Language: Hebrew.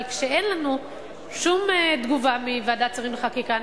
אבל כשאין לנו שום תגובה מוועדת שרים לחקיקה,